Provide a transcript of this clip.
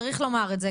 צריך לומר את זה,